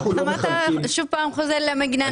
אנחנו לא מחלקים --- למה אתה שוב חוזר למגננה?